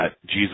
Jesus